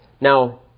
now